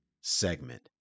segment